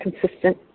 consistent